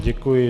Děkuji.